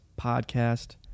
podcast